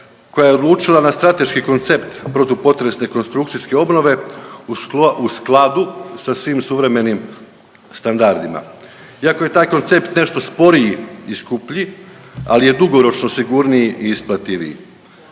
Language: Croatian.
koja se odlučila na strateški koncept protupotresne konstrukcijske obnove u skladu sa svim suvremenim standardima. Iako je taj koncept nešto sporiji i skuplji, ali je dugoročno sigurniji i isplativiji.